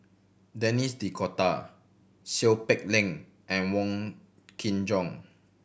Denis D'Cotta Seow Peck Leng and Wong Kin Jong